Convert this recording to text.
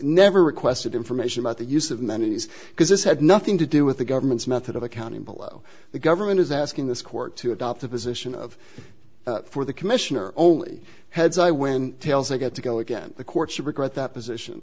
never requested information about the use of many of these because this had nothing to do with the government's method of accounting below the government is asking this court to adopt the position of for the commissioner only heads i win tails i get to go again the court should regret that position